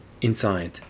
inside